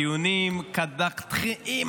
דיונים קדחתניים.